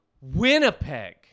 Winnipeg